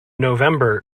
november